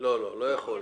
לא, לא, לא יכול.